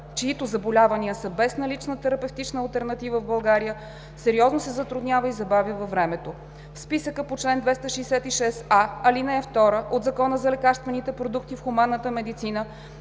чиито заболявания са без налична терапевтична алтернатива в България, сериозно се затруднява и забавя във времето. В списъка по чл. 266а, ал. 2 от Закона за лекарствените продукти в хуманната медицина